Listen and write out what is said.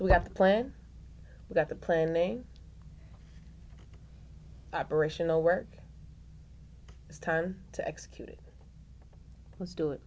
we have to plan that the planning operational work is time to execute it let's do it